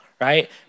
right